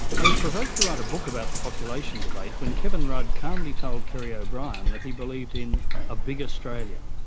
i was provoked to write a book about the population debate when kevin rudd calmly told kerry o'brien that he believed in a big australia.